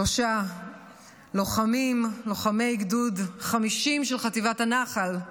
שלושה לוחמים, לוחמי גדוד 50 של חטיבת הנח"ל: